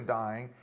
dying